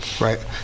right